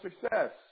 success